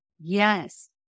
Yes